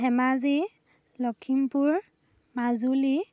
Dhemaji Lakhimpur Majuli